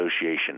Association